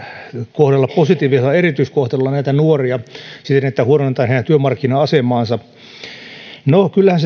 kohdella positiivisella erityiskohtelulla näitä nuoria siis huonontaa heidän työmarkkina asemaansa no kyllähän